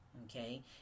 Okay